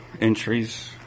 entries